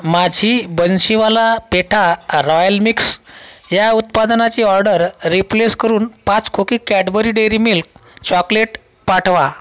माझी Banshiwala petha royal mix या उत्पादनाची ऑडर रिप्लेस करून पाच खोकी कॅडबरी डेअरी मिल्क चॉकलेट पाठवा